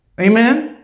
Amen